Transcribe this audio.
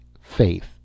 faith